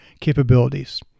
capabilities